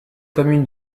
commune